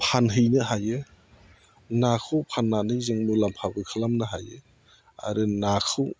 फानहैनो हायो नाखौ फाननानै जों मुलाम्फाबो खालामनो हायो आरो नाखौ